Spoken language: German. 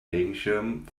regenschirm